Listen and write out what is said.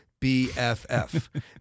BFF